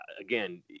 Again